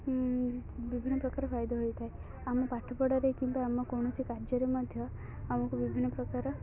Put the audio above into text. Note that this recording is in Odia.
ବିଭିନ୍ନପ୍ରକାର ଫାଇଦ ହୋଇଥାଏ ଆମ ପାଠପଢ଼ାରେ କିମ୍ବା ଆମ କୌଣସି କାର୍ଯ୍ୟରେ ମଧ୍ୟ ଆମକୁ ବିଭିନ୍ନପ୍ରକାର